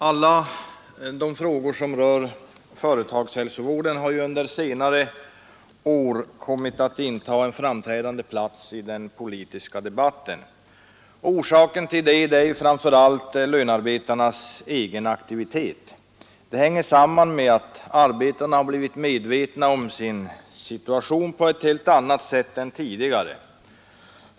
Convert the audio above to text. Herr talman! Med det anförda yrkar jag bifall till reservationen 1 senare år kommit att inta en framträdande plats i den politiska debatten. Orsaken härtill är framför allt lönearbetarnas egen aktivitet. Det hänger samman med att arbetarna har blivit medvetna om sin situation på ett helt annat sätt än tidigare.